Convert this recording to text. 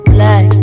Black